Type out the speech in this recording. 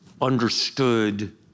understood